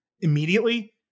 immediately